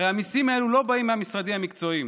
הרי המיסים האלו לא באים מהמשרדים המקצועיים,